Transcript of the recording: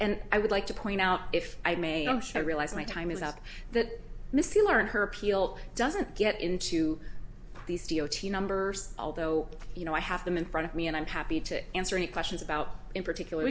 and i would like to point out if i may i'm sure realize my time is up that missy learned her appeal doesn't get into these d o t numbers although you know i have them in front of me and i'm happy to answer any questions about in particular